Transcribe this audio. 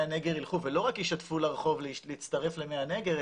הנגר ילכו ולא רק ישטפו לרחוב להצטרף למי הנגר,